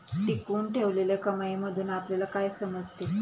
टिकवून ठेवलेल्या कमाईमधून आपल्याला काय समजते?